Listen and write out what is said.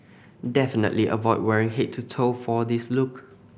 definitely avoid wearing head to toe for this look